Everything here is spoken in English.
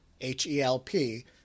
H-E-L-P